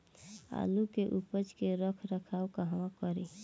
आलू के उपज के रख रखाव कहवा करी?